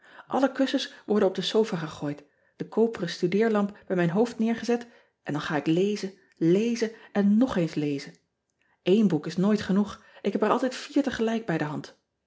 lle kussens worden op de sofa gegooid de koperen studeerlamp bij mijn hoofd neergezet en dan ga ik lezen lezen en nog eens lezen én boek is nooit genoeg ik heb er alijd vier tegelijk bij de hand